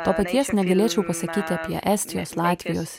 to paties negalėčiau pasakyti apie estijos latvijos